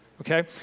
Okay